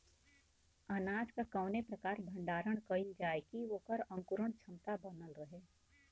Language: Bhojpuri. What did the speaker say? अनाज क कवने प्रकार भण्डारण कइल जाय कि वोकर अंकुरण क्षमता बनल रहे?